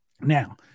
Now